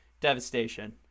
devastation